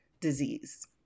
disease